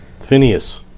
Phineas